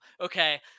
okay